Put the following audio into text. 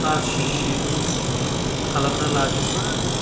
आर C C न' खालामना लाजोब्बाय